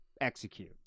execute